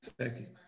second